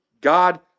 God